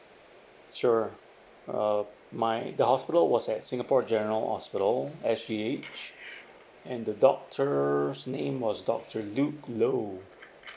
sure uh my the hospital was at singapore general hospital S_G_H and the doctor's name was doctor duke low